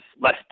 less